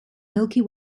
milky